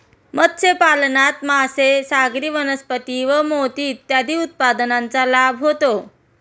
मत्स्यपालनात मासे, सागरी वनस्पती व मोती इत्यादी उत्पादनांचा लाभ होतो